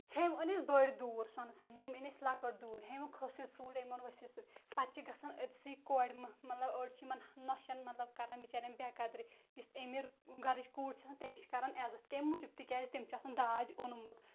ہُمۍ أنۍ اَسہِ بٔڑۍ دوٗر سۄنہٕ سٕنٛدۍ ییٚمۍ أنۍ اَسہِ لۄکٕٹۍ دوٗر ہُمۍ کھٔسِتھ سوٗٹھ أمۍ اوٚن ؤسِتھ پَتہٕ چھِ گژھان أتۍسٕے کورِ مہٕ مطلب أڑۍ چھِ یِمَن نۄشَن مطلب کران بِچارٮ۪ن بے قدری یِژھ امیٖر گَرٕچ کوٗر چھِ آسان تٔمِس چھِ کران عزت کَمہِ موٗجوٗب تِکیٛازِ تٔمۍ چھِ آسان داج اوٚنمُت